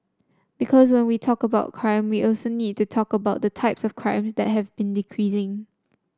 because when we talk about crime we also need to talk about the types of crimes that have been decreasing